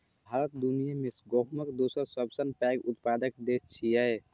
भारत दुनिया मे गहूमक दोसर सबसं पैघ उत्पादक देश छियै